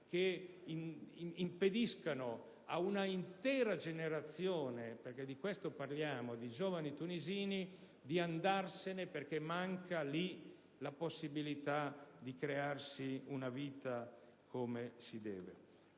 che impediscano ad un'intera generazione - perché di questo parliamo - di giovani tunisini di abbandonare il proprio Paese per l'impossibilità di crearsi una vita come si deve.